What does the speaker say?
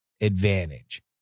advantage